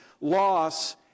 loss